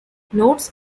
nodes